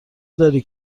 داری